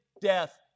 death